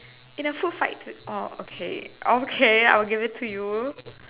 in a food fight to oh okay okay I will give it to you